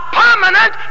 permanent